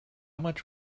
much